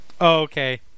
okay